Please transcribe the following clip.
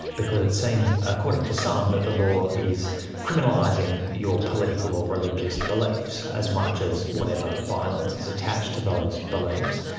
because it seems, according to some, that the law is criminalising your political or religious beliefs, as much as whatever violence is attached to those beliefs.